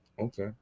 okay